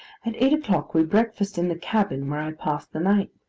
at eight o'clock, we breakfast in the cabin where i passed the night,